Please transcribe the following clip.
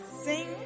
sing